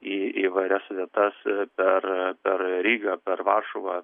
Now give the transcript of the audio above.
į įvairias vietas ir per per rygą per varšuvą